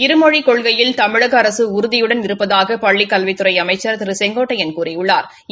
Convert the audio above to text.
இருமொழிக் கொள்கையில் தமிழக அரசு உறுதியுடன் இருப்பதாக பள்ளிக் கல்வித்துறை அமைச்சர் திரு கே ஏ செங்கோட்டையன் கூறியுள்ளாா்